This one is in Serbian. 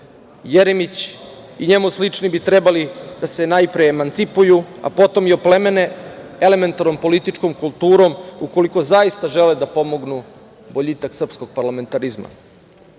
Jeremić i njemu slični bi trebali da se najpre emancipuju, a potom i oplemene elementarnom političkom kulturom ukoliko zaista žele da pomognu boljitak srpskog parlamentarizma. Meni